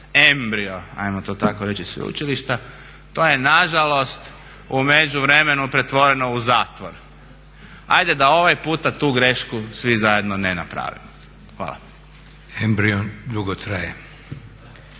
embrio ajmo to tako reći sveučilišta. To je nažalost u međuvremenu pretvoreno u zatvor. Ajde da ovaj puta tu grešku svi zajedno ne napravimo. Hvala. **Leko, Josip